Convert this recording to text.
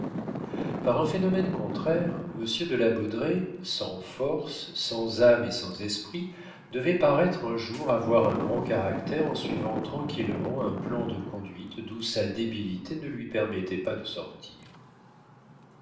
par un phénomène contraire monsieur de la baudraye sans force sans âme et sans esprit devait paraître un jour avoir un grand caractère en suivant tranquillement un plan de conduite d'où sa débilité ne lui permettait pas de sortir